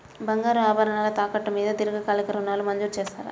బంగారు ఆభరణాలు తాకట్టు మీద దీర్ఘకాలిక ఋణాలు మంజూరు చేస్తారా?